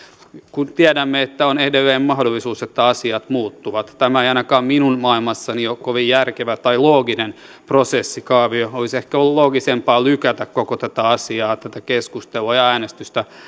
kun tiedämme että on edelleen mahdollisuus että asiat muuttuvat tämä ei ainakaan minun maailmassani ole kovin järkevä tai looginen prosessikaavio olisi ehkä ollut loogisempaa lykätä koko tätä asiaa tätä keskustelua ja äänestystä